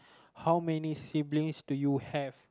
how many siblings do you have